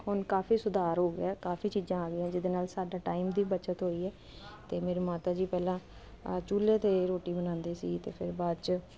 ਹੁਣ ਕਾਫੀ ਸੁਧਾਰ ਹੋ ਗਿਆ ਕਾਫੀ ਚੀਜ਼ਾਂ ਆ ਗਈਆਂ ਜਿਹਦੇ ਨਾਲ ਸਾਡਾ ਟਾਈਮ ਦੀ ਬਚਤ ਹੋਈ ਤੇ ਮੇਰੇ ਮਾਤਾ ਜੀ ਪਹਿਲਾਂ ਚੂਲੇ ਤੇ ਰੋਟੀ ਬਣਾਉਂਦੇ ਸੀ ਤੇ ਫਿਰ ਬਾਅਦ ਚ